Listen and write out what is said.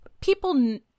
people